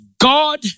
God